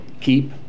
keep